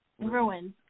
ruins